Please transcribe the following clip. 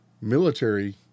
military